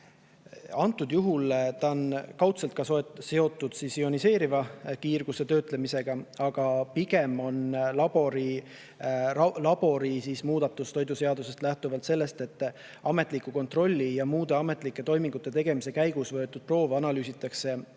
Antud juhul on see kaudselt seotud ka ioniseeriva kiirguse töötlemisega, aga pigem on labori muudatus toiduseadusest lähtuvalt selles, et ametliku kontrolli ja muude ametlike toimingute tegemise käigus võetud proovi analüüsitakse